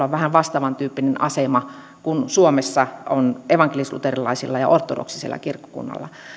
on vähän vastaavan tyyppinen asema kuin suomessa on evankelisluterilaisella ja ortodoksisella kirkkokunnalla